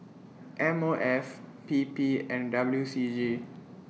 M O F P P and W C G